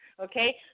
Okay